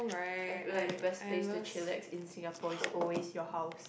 as like the best place to chillax in Singapore is always your house